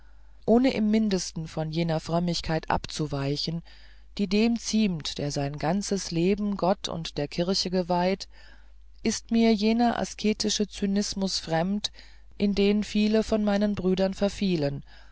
ohne im mindesten von jener frömmigkeit abzuweichen die dem ziemt der sein ganzes leben gott und der kirche geweiht ist mir jener asketische zynismus fremd in den viele von meinen brüdern verfielen